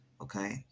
okay